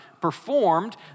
performed